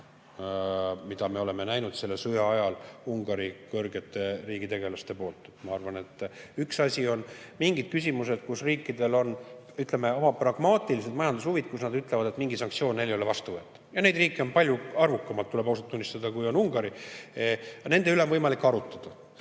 mida me oleme näinud selle sõja ajal Ungari kõrgete riigitegelaste poolt. Ma arvan, et üks asi on mingid küsimused, kus riikidel on, ütleme, oma pragmaatilised majandushuvid, kus nad ütlevad, et mingi sanktsioon neile ei ole vastuvõetav – ja neid riike on palju arvukamalt, tuleb ausalt tunnistada, kui on Ungari. Nende üle on võimalik arutada.